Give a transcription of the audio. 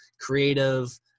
creative